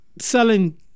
selling